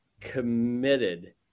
committed